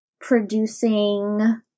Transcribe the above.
producing